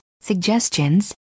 suggestions